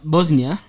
Bosnia